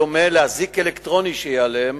בדומה לאזיק אלקטרוני שיהיה עליהם,